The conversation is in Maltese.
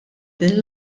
din